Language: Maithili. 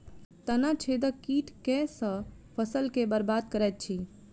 तना छेदक कीट केँ सँ फसल केँ बरबाद करैत अछि?